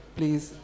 Please